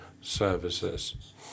services